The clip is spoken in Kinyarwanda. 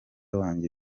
wanjye